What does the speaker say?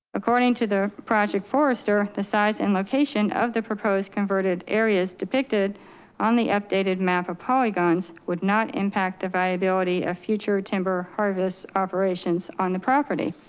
according to the project forester, the size and location of the proposed converted areas depicted on the updated map of polygons would not impact the viability of future timber harvest operations on the property.